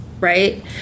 Right